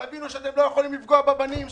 תבינו שאתם לא יכולים לפגוע בבנים שלי.